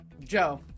Joe